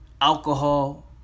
alcohol